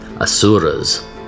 asuras